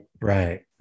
Right